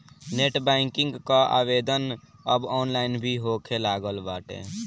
net banking कअ आवेदन अब ऑनलाइन भी होखे लागल बाटे